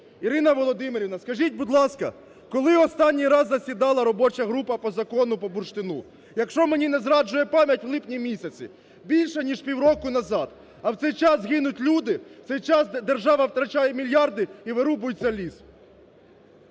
Ірина Володимирівна, скажіть, будь ласка, коли останній раз засідала робоча група по закону по бурштину? Якщо мені не зраджує пам'ять, в липні місяці, більше ніж півроку назад. А в цей час гинуть люди, в цей час держава втрачає мільярди і вирубується ліс.